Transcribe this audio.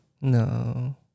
no